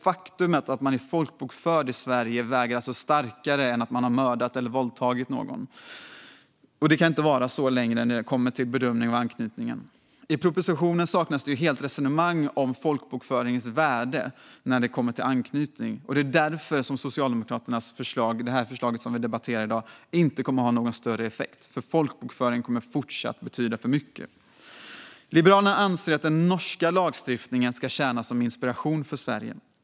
Faktumet att man är folkbokförd i Sverige väger alltså starkare än att man har mördat eller våldtagit någon. Så kan det inte vara längre när det kommer till bedömning av anknytningen. I propositionen saknas helt resonemang om folkbokföringens värde när det kommer till anknytning. Det är därför Socialdemokraternas förslag, som vi debatterar i dag, inte kommer att få någon större effekt. Folkbokföringen kommer fortsatt att betyda för mycket. Liberalerna anser att den norska lagstiftningen ska tjäna som inspiration för Sverige.